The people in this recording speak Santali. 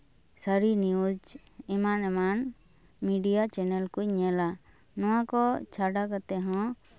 ᱥᱟᱹᱨᱤ ᱱᱤᱭᱩᱡᱽ ᱮᱢᱟᱱ ᱮᱢᱟᱱ ᱢᱤᱰᱤᱭᱟ ᱪᱮᱱᱮᱞ ᱠᱚᱧ ᱧᱮᱞᱟ ᱱᱚᱣᱟ ᱠᱚ ᱪᱷᱟᱰᱟ ᱠᱟᱛᱮᱜ ᱦᱚᱸ